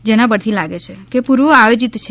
જેના પરથીલાગે છે કે પૂર્વ આયોજિત છે